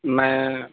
میں